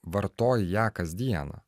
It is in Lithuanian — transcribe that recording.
vartoji ją kasdieną